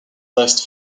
last